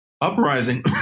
uprising